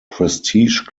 prestige